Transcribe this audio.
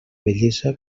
bellesa